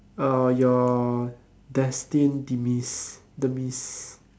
or your destined demise demise